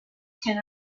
can